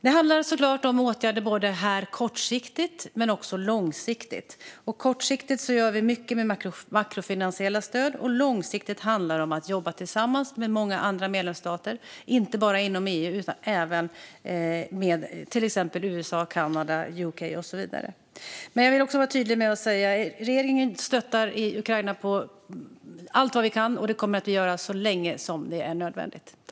Det handlar såklart om åtgärder både kortsiktigt och långsiktigt. Kortsiktigt gör vi mycket med makrofinansiella stöd, och långsiktigt handlar det om att jobba tillsammans med många andra stater, inte bara inom EU utan även till exempel USA, Kanada, UK med flera. Jag vill vara tydlig med att regeringen stöttar Ukraina allt vi kan, och det kommer vi att göra så länge det är nödvändigt.